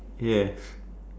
yes